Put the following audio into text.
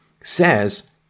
says